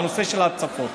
בנושא של ההצפות.